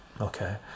okay